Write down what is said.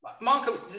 Marco